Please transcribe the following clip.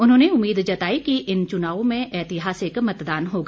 उन्होंने उम्मीद जताई कि इन च्नावों में ऐतिहासिक मतदान होगा